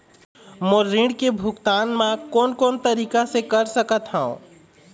मोर ऋण के भुगतान म कोन कोन तरीका से कर सकत हव?